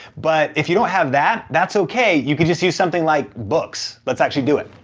but if you don't have that, that's okay. you can just use something like books, let's actually do it.